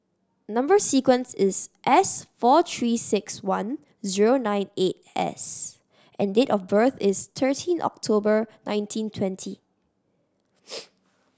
number sequence is S four Three Six One zero nine eight S and date of birth is thirteen October nineteen twenty